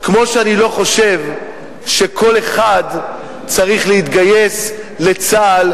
כמו שאני לא חושב שכל אחד צריך להתגייס לצה"ל,